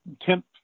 temp